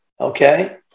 Okay